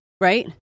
right